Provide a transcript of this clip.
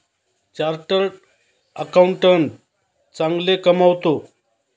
chartered accountant चांगले कमावतो